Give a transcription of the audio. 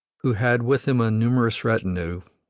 who had with him a numerous retinue,